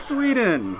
Sweden